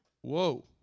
Whoa